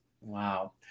Wow